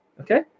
Okay